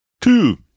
Two